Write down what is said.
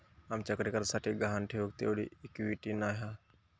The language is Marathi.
आमच्याकडे कर्जासाठी गहाण ठेऊक तेवढी इक्विटी नाय हा